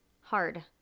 hard